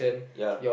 ya